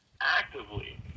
actively